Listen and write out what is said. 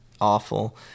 awful